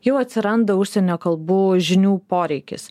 jau atsiranda užsienio kalbų žinių poreikis